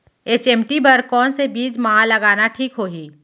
HMT बर कौन से बीज मा लगाना ठीक होही?